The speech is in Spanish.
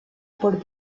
por